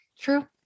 True